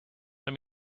let